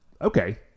Okay